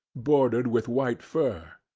bordered with white fur.